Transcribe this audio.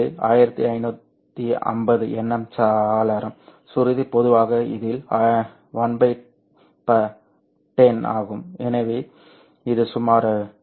இது 1550 என்எம் சாளரம் சுருதி பொதுவாக இதில் 110 ஆகும் எனவே இது சுமார் 0